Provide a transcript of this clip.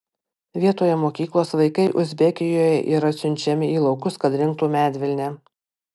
vietoje mokyklos vaikai uzbekijoje yra siunčiami į laukus kad rinktų medvilnę